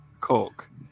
Cork